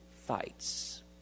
fights